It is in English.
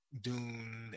Dune